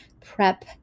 prep